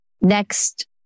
next